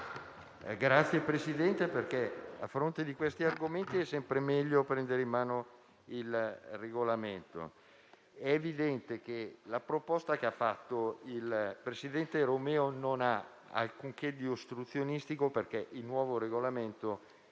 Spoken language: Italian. Signor Presidente, a fronte di questi argomenti è sempre meglio prendere in mano il Regolamento. È evidente che la proposta che ha fatto il presidente Romeo non ha alcunché di ostruzionistico, perché il nuovo Regolamento non prevede,